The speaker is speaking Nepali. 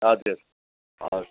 हजुर हजुर